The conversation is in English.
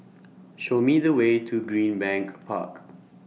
Show Me The Way to Greenbank Park